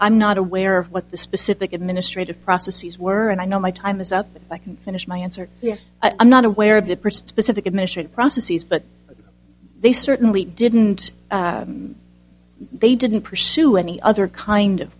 i'm not aware of what the specific administrative processes were and i know my time is up and i can finish my answer yes i'm not aware of the priest specific administrative processes but they certainly didn't they didn't pursue any other kind of